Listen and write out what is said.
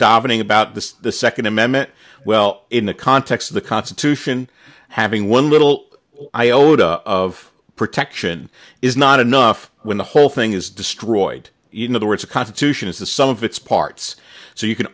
dominate about this the second amendment well in the context of the constitution having one little iota of protection is not enough when the whole thing is destroyed you know the words the constitution is the sum of its parts so you can